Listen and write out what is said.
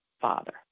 Father